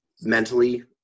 mentally